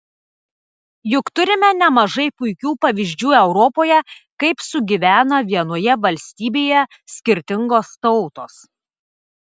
juk turime nemažai puikių pavyzdžių europoje kaip sugyvena vienoje valstybėje skirtingos tautos